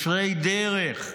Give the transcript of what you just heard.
ישרי דרך.